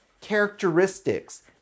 characteristics